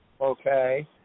okay